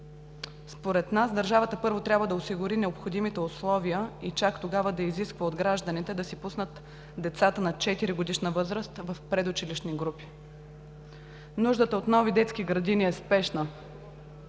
Според нас държавата първо трябва да осигури необходимите условия и чак тогава да изисква от гражданите да си пуснат децата на 4-годишна възраст в предучилищни групи. Нуждата от нови детски градини е спешна.